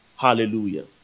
Hallelujah